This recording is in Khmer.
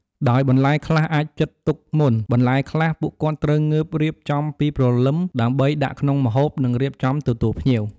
ដោយបន្លែខ្លះអាចជិតទុកមុនបន្លែខ្លះពួកគាត់ត្រូវងើបរៀបចំពីព្រលឹមដើម្បីដាក់ក្នុងម្ហូបនិងរៀបចំទទួលភ្ញៀវ។